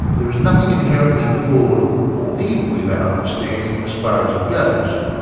there is nothing inherently flawed or evil in that understanding as far as it goes.